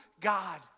God